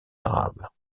arabes